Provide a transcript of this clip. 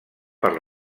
per